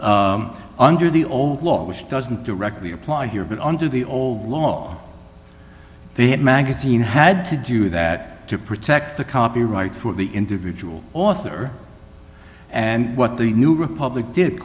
under the old law which doesn't directly apply here but under the old law they had magazine had to do that to protect the copyright for the individual author and what the new republic did